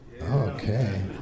Okay